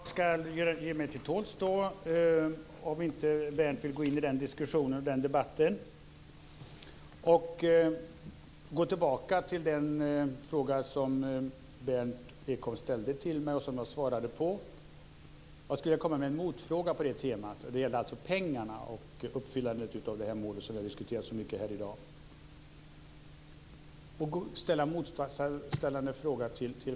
Fru talman! Jag ska ge mig till tåls, om inte Berndt Ekholm vill gå in i den debatten. Jag går tillbaka till den fråga som Berndt Ekholm ställde till mig och som jag svarade på. Jag skulle vilja komma med en motfråga på det temat. Det gällde alltså pengarna och uppfyllandet av det mål som vi har diskuterat så mycket i dag.